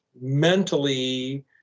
mentally